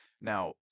Now